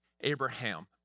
Abraham